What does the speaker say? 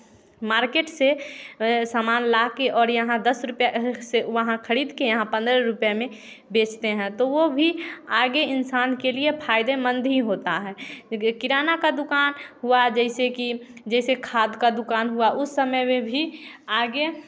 market से सामान लाकर और यहाँ दस रुपया से वहाँ खरीद के यहाँ पन्द्रह रुपया में बेचते हैं तो वह भी आगे इंसान के लिए फ़ायदेमंद ही होता है कि किराना का दुकान हुआ जैसे की जैसे खाद का दुकान हुआ उस समय में भी आगे